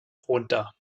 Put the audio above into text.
runter